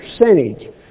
percentage